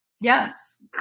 yes